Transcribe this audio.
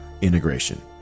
integration